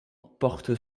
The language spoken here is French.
porte